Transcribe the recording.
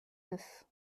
neuf